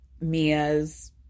Mia's